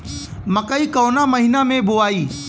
मकई कवना महीना मे बोआइ?